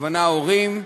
הכוונה הורים,